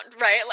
right